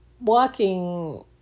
walking